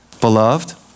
Beloved